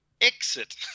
exit